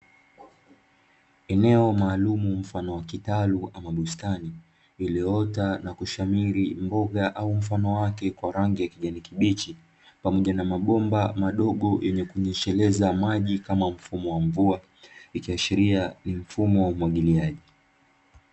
Eneo maalumu mfano wa kitalu ama bustani, iliyoota na kushamiri mboga mfano wake kwa rangi ya kijani kibichi, pamoja na mabomba madogo yenye kunyesheleza maji kama mfumo wa mvua, ikiashiria ni mfumo wa umwagiliaji.